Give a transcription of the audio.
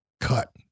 cut